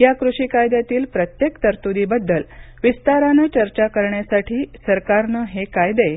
या कृषी कायद्यातील प्रत्येक तरतुदी बद्दल विस्ताराने चर्चा करण्यासाठी सरकारनं हे कायदे